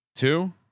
two